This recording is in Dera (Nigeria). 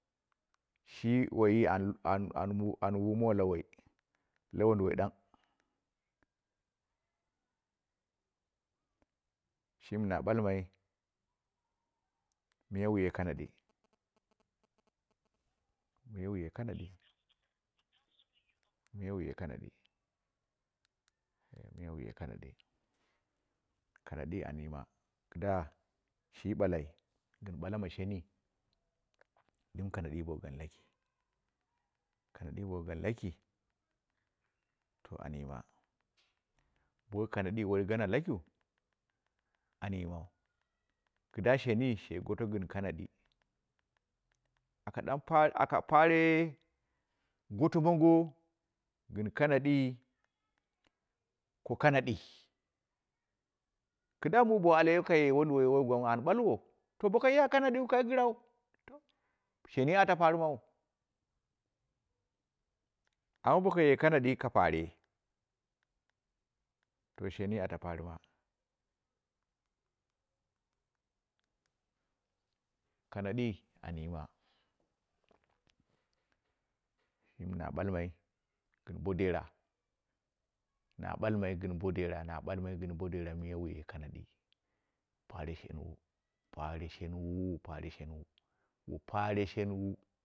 Shi waiyi an- an- an- an wumawo la wai la wunduwai ɗang, shimi na balmai, miya wuye kanadi, miya wuye kanadi, miya wuye kanaɗi, miya wuye kanadi, kanadi an yima kɨda shi baki gɨn baka ma shenyi dim kanadi bo gan caki kanadi bo gan laki, to an yima bo wai kanadi woi gana lakiu, an yimau, kida shenyi she goto gɨn kanadi, aka dan pare, aka pare goto mongo gɨn kanadi, ko kanadi kida muu ba a alaye kaye wunduwai wai gwan wu an balwo to bokaya kanadi ka gɨrau to shanyi aka parima, amma bokaye kanadi ka pure, to shanyi ata purima, kanadi an yima, shimi na ɓalmai gɨn bo dera, na ɓamai gɨnbo dera, na balmai gɨn bo dera miya bɨla wuye kanadi, pare shan wu, pare shan wu, wu pare shanwu, wu pare shan wu